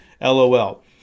lol